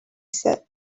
said